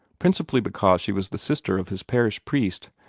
principally because she was the sister of his parish priest,